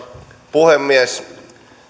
puhemies